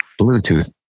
Bluetooth